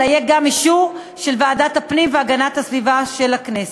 אלא יהיה גם אישור של ועדת הפנים והגנת הסביבה של הכנסת.